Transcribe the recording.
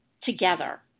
together